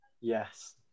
Yes